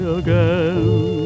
again